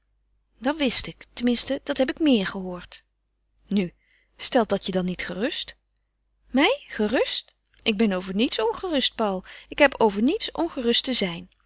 dat wist ik tenminste dat heb ik meer gehoord nu stelt dat je dan niet gerust mij gerust ik ben over niets ongerust paul ik heb over niets ongerust te zijn